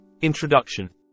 introduction